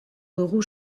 dugu